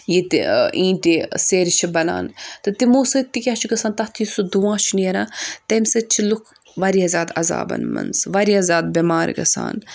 یَتِہ اِینٛٹہِ سَیٚرِ چھِ بَنان تہٕ تِمو ستۭۍ تہِ کیاہ چھُ گژھان تَتھ یُس سُہ دُواں چھُ نَیٚران تَمہِ سۭتۍ چھِ لُکھ واریاہ زیادٕ عذابَن منٛز واریاہ زیادٕ بؠمار گژھان